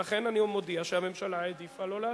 ולכן אני מודיע שהממשלה העדיפה שלא להשיב.